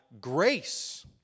grace